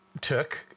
took